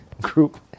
group